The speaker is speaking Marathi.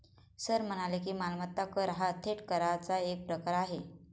सर म्हणाले की, मालमत्ता कर हा थेट कराचा एक प्रकार आहे